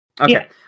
Okay